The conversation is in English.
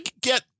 get